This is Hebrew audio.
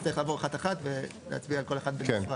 נצטרך לעבור אחת אחת ולהצביע על כל אחת בנפרד.